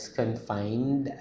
confined